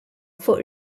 fuq